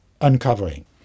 Uncovering